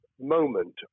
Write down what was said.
moment